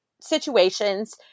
situations